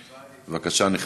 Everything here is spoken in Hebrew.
בבקשה, נכבדי.